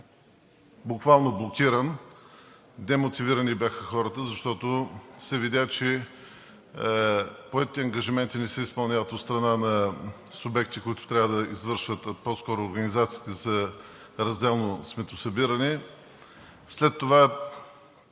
буквално блокиран, демотивирани бяха хората, защото се видя, че поетите ангажименти не се изпълняват от страна на субекти, които трябва да извършват по-скоро организацията за разделно сметосъбиране,